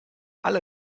alle